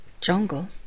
jungle